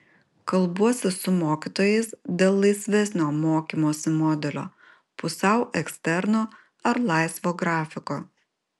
kalbuosi su mokytojais dėl laisvesnio mokymosi modelio pusiau eksterno ar laisvo grafiko